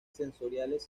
sensoriales